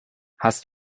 hast